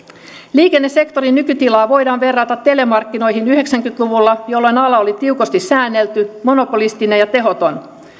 liikennesektorin nykytilaa voidaan verrata telemarkkinoihin yhdeksänkymmentä luvulla jolloin ala oli tiukasti säännelty monopolistinen ja tehoton